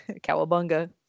Cowabunga